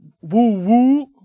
woo-woo